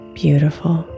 beautiful